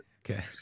Okay